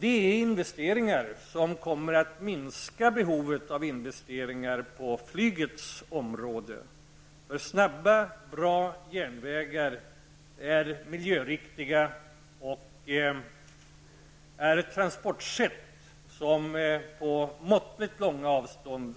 Det är investeringar som kommer att minska behovet av investeringar på flygets område. Snabba och bra järnvägar är miljöriktiga. Det är det transportsätt som är att föredra vid måttligt långa avstånd.